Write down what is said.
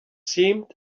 seemed